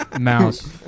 Mouse